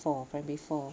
four primary four